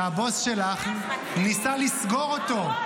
שהבוס שלך ניסה לסגור אותו.